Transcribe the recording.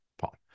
paul